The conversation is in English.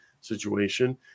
situation